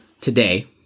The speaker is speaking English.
today